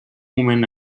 moment